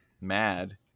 mad